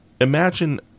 Imagine